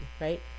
right